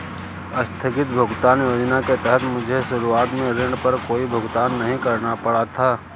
आस्थगित भुगतान योजना के तहत मुझे शुरुआत में ऋण पर कोई भुगतान नहीं करना पड़ा था